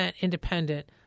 independent